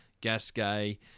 Gasquet